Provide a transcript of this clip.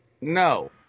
no